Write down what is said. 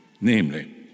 namely